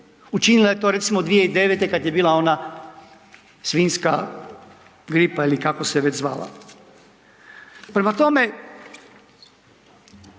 učinila je to recimo 2009. kad je bila ona svinjska gripa ili kako se već zvala. Prema tome,